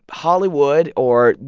hollywood or,